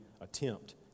attempt